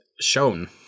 shown